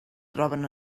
troben